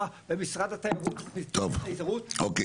ומשרד התיירות מייצג את התיירות --- אוקיי,